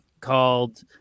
called